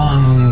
One